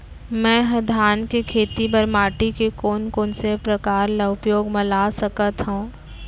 मै ह धान के खेती बर माटी के कोन कोन से प्रकार ला उपयोग मा ला सकत हव?